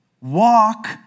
walk